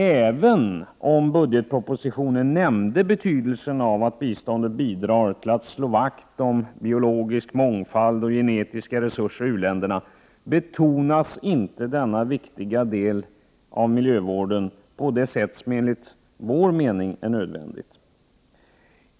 Även om man i budgetpropositionen nämner betydelsen av att biståndet bidrar till att slå vakt om biologisk mångfald och genetiska resurser i u-länderna, betonas inte denna viktiga del av miljövården på det sätt som enligt vår mening är nödvändigt.